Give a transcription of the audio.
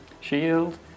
Shield